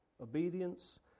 obedience